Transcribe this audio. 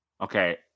okay